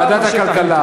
פוליטי,